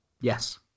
yes